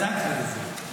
בדקנו את זה.